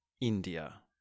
India